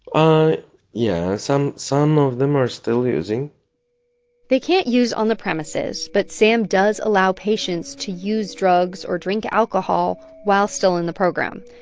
yeah. some some of them are still using they can't use on the premises, but sam does allow patients to use drugs or drink alcohol while still in the program.